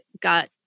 got